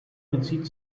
bezieht